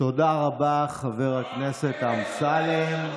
תודה רבה, חבר הכנסת אמסלם.